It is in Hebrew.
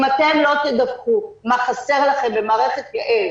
אם אתם לא תדווחו מה חסר לכם במערכת "יעל",